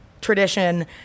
tradition